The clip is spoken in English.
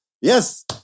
Yes